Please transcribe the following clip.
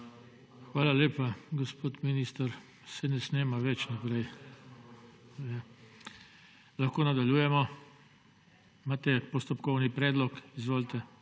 Hvala lepa, gospod minister. Se ne snema več naprej. Lahko nadaljujemo? Imate postopkovni predlog? Izvolite,